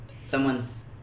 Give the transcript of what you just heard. someone's